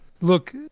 Look